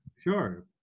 sure